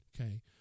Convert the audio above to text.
okay